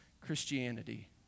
Christianity